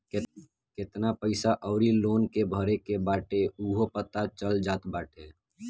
केतना पईसा अउरी लोन के भरे के बाटे उहो पता चल जात बाटे